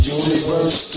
universe